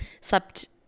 slept